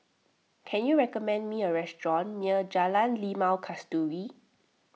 can you recommend me a restaurant near Jalan Limau Kasturi